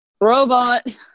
Robot